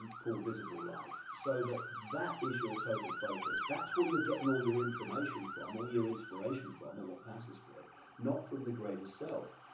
called visible light. so that that is your total focus, that's where you are getting all your information from all your inspiration from, or what passes for it not from the greatest self,